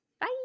Bye